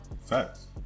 Facts